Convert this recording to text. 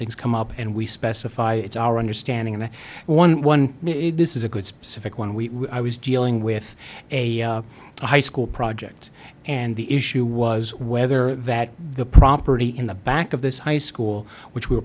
things come up and we specify it's our understanding that one one this is a good specific one we i was dealing with a high school project and the issue was whether that the property in the back of this high school which we